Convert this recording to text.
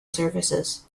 services